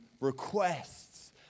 requests